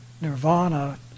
nirvana